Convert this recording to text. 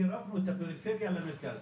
קירבנו את הפריפריה למרכז,